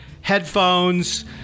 headphones